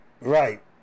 Right